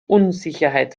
unsicherheit